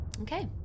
okay